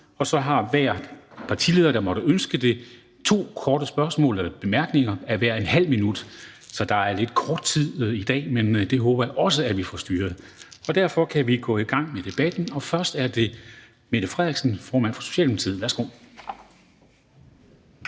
Og så har hver partileder, der måtte ønske det, to korte spørgsmål eller bemærkninger på hvert ½ minut. Så der er lidt kort tid i dag, men det håber jeg også vi får styret. Derfor kan vi gå i gang med debatten, og først er det Mette Frederiksen, formand for Socialdemokratiet. Værsgo.